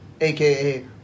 aka